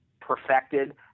perfected